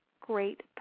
great